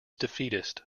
defeatist